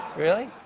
really?